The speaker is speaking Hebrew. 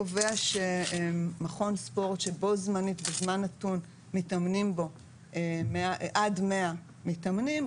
קובע שמכון ספורט שבו-זמנית בזמן נתון מתאמנים בו עד 100 מתאמנים,